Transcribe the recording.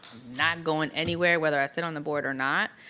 not going anywhere whether i sit on the board or not,